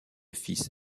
fils